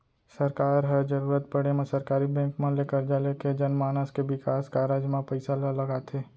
सरकार ह जरुरत पड़े म सरकारी बेंक मन ले करजा लेके जनमानस के बिकास कारज म पइसा ल लगाथे